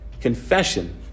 Confession